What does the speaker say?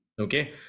Okay